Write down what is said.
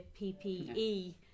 ppe